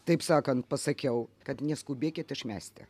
taip sakant pasakiau kad neskubėkit išmesti